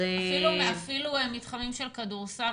אפילו מתחמים של כדורסל,